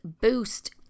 boost